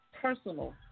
personal